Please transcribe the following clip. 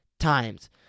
times